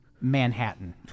Manhattan